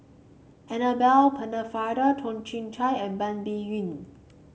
Annabel Pennefather Toh Chin Chye and Ban Biyun